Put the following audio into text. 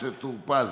משה טור פז,